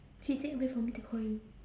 she said wait for me to call you